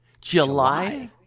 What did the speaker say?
July